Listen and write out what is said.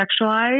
sexualized